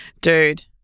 dude